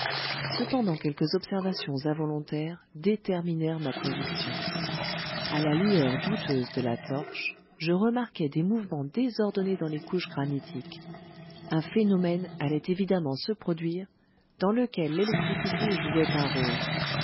cependant quelques observations involontaires déterminèrent ma conviction à la lueur douteuse de la torche je remarquai des mouvements désordonnés dans les couches granitiques un phénomène allait évidemment se produire dans lequel l'électricité jouait un rôle